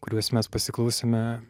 kuriuos mes pasiklausėme